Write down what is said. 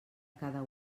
cada